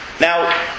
Now